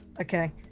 Okay